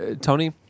Tony